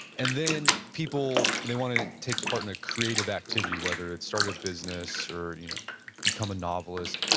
and then people, they want to take part in a creative activity, whether it's start a business or you know become a novelist,